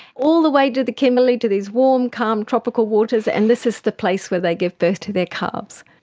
all the way to the kimberley to these warm, calm tropical waters, and this is the place where they give birth to their calves.